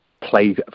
play